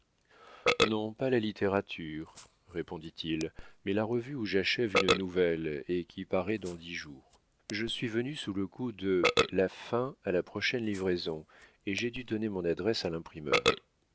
non pas la littérature répondit-il mais la revue où j'achève une nouvelle et qui paraît dans dix jours je suis venu sous le coup de la fin à la prochaine livraison et j'ai dû donner mon adresse à l'imprimeur